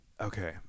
Okay